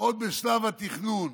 עוד בשלב התכנון.